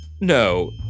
No